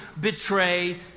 betray